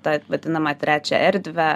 tą vadinamą trečią erdvę